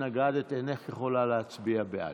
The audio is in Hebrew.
שהתנגדת, אינך יכולה להצביע בעד.